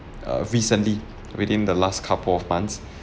uh recently within the last couple of months